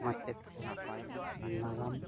ᱢᱟᱪᱮᱫ ᱠᱚ ᱱᱟᱜᱟᱢ